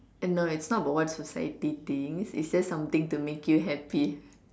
and no it's not about what society thinks is just something to make you happy